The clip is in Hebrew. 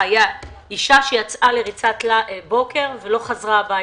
אישה שיצאה לריצת בוקר ולא חזרה הביתה.